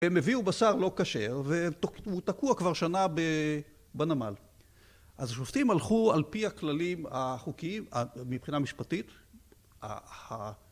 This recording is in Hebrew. הם הביאו בשר לא כשר והוא תקוע כבר שנה בנמל. אז השופטים הלכו על פי הכללים החוקיים מבחינה משפטית